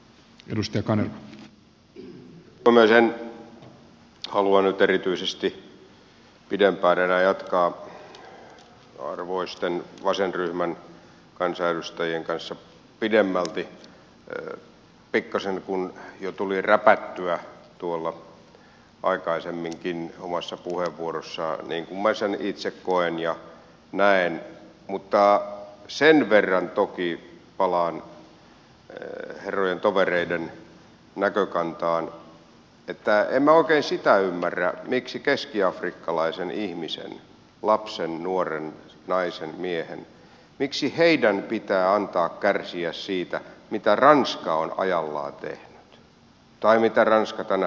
en halua nyt erityisesti enää jatkaa arvoisten vasenryhmän kansanedustajien kanssa pidemmälti pikkasen kun jo tuli räpättyä tuolla aikaisemminkin omassa puheenvuorossani niin kuin minä sen itse koen ja näen mutta sen verran toki palaan herrojen tovereiden näkökantaan että en minä oikein sitä ymmärrä miksi keskiafrikkalaisen ihmisen lapsen nuoren naisen miehen pitää antaa kärsiä siitä mitä ranska on aikoinaan tehnyt tai mitä ranska tänä päivänä aikoo